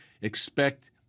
expect